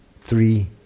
three